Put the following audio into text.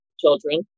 children